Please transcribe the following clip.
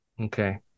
Okay